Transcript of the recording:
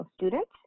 students